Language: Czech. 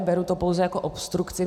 Beru to pouze jako obstrukci.